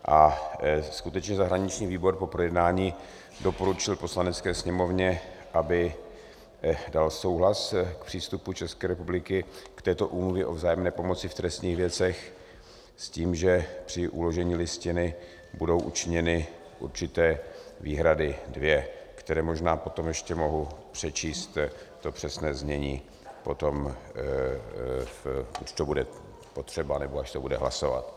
A skutečně zahraniční výbor po projednání doporučil Poslanecké sněmovně, aby dal souhlas k přístupu České republiky k této úmluvě o vzájemné pomoci v trestních věcech s tím, že při uložení listiny budou učiněny určité výhrady dvě, které potom možná ještě mohu přečíst, to přesné znění potom, až to bude potřeba nebo až se bude hlasovat.